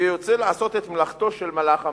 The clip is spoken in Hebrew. ויוצא לעשות את מלאכתו של מלאך המוות.